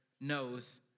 knows